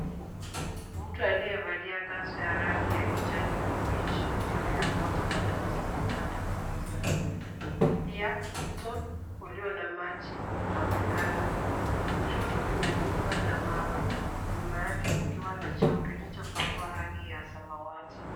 Mtu aliyevalia kanzu ya rangi ya kijani kibichi, anayeokota maplastiki kwenda kuuza. Pia mto ulio na maji unaonekana. Kushoto kuna nyumba za mawe, nyuma yake kukiwa na choo kilichopakwa rangi ya samawati.